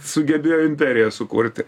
sugebėjo imperiją sukurti